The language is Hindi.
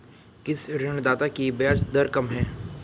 किस ऋणदाता की ब्याज दर कम है?